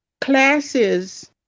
classes